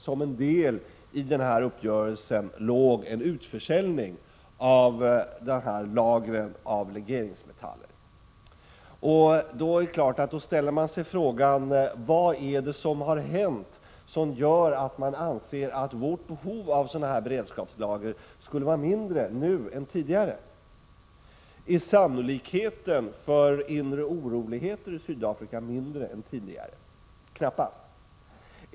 Som en del i den uppgörelsen låg en utförsäljning av lagren av legeringsmetaller. Då ställer jag mig ju frågan: Vad är det som har hänt som gör att man anser att vårt behov av beredskapslagring skulle vara mindre nu än tidigare? Är sannolikheten för inre oroligheter i Sydafrika mindre än tidigare? Knappast!